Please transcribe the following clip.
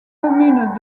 commune